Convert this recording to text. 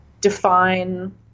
define